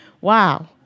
Wow